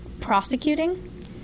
prosecuting